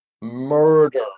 murder